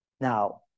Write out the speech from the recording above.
Now